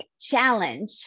challenge